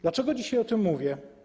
Dlaczego dzisiaj o tym mówię?